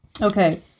Okay